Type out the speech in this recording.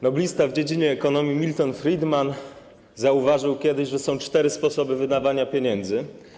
Noblista w dziedzinie ekonomii Milton Friedman zauważył kiedyś, że są cztery sposoby wydawania pieniędzy.